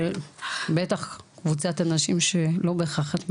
בטח קבוצת אנשים שלא בהכרח את מכירה.